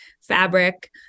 fabric